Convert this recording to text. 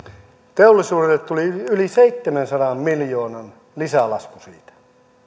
teollisuudelle tuli yli seitsemänsadan miljoonan lisälasku siitä